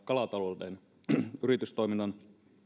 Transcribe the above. kalatalouden yritystoiminnan